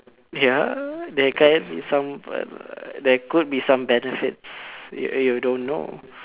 ya there can be some there could be some benefits you you don't know